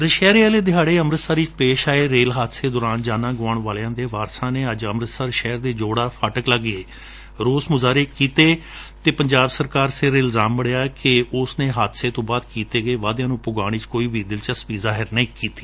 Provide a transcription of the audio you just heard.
ਦਸ਼ਹਿਰੇ ਵਾਲੇ ਦਿਹਾਤੇ ਅੰਮਿਤਸਰ ਵਿਚ ਪੇਸ਼ ਆਏ ਰੇਲ ਹਾਦਸੇ ਦੌਰਾਨ ਜਾਨਾ ਗੁਆਉਣ ਵਾਲਿਆ ਦਿਆ ਵਾਰਸਾਂ ਨੇ ਅੱਜ ਅੰਮਿਤਸਰ ਸ਼ਹਿਰ ਦੇ ਜੋੜਾ ਫਾਟਕ ਲਾਗੇ ਰੋਸ ਮੁਜ਼ਾਹਰੇ ਕੀਤੇ ਅਤੇ ਪੰਜਾਬ ਸਰਕਾਰ ਸਿਰ ਇਲਜ਼ਾਮ ਮੜਿਆ ਕਿ ਊਸ ਨੇ ਹਾਦਸੇ ਤੋ ਬਾਅਦ ਕੀਤੇ ਆਪਣੇ ਵਾਅਦਿਆ ਨੂੰ ਪੁਗਾਊਣ ਵਿਚ ਕੋਈ ਵੀ ਦਿਲਚਸਪੀ ਨਹੀਂ ਪ੍ਰਗਟਾਈ